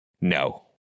No